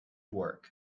work